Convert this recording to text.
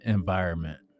environment